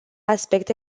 aspecte